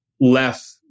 left